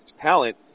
talent